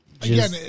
Again